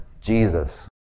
Jesus